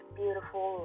beautiful